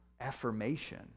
affirmation